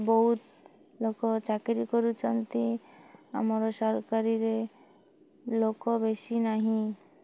ବହୁତ ଲୋକ ଚାକିରୀ କରୁଛନ୍ତି ଆମର ସରକାରୀରେ ଲୋକ ବେଶୀ ନାହିଁ